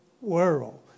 world